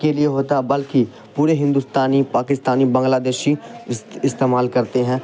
کے لیے ہوتا بلکہ پورے ہندوستانی پاکستانی بنگلہ دیشی اس استعمال کرتے ہیں